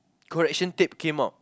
correction tape came out